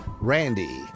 Randy